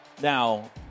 Now